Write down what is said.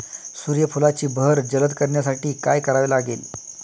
सूर्यफुलाची बहर जलद करण्यासाठी काय करावे लागेल?